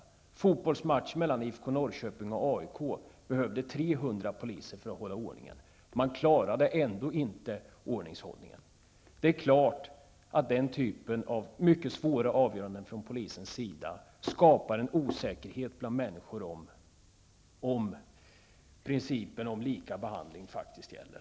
Vid fotbollsmatchen mellan IFK Norrköping och AIK behövdes 300 poliser för att hålla ordning. Man klarade ändå inte ordningshållningen. Det är klart att den typen av mycket svåra avgöranden från polisens sida skapar osäkerhet. Människor undrar om principen om lika behandling faktiskt gäller.